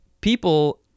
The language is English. people